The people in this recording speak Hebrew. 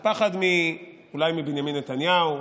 אולי פחד מבנימין נתניהו,